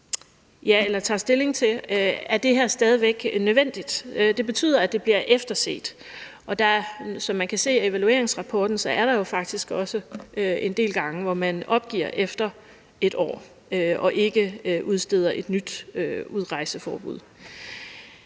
indgreb, tager stilling til, om det her stadig væk er nødvendigt. Det betyder, at det bliver efterset, og der er, som man kan se af evalueringsrapporten, jo faktisk også en del gange, hvor man opgiver efter 1 år og ikke udsteder et nyt udrejseforbud.